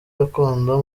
gakondo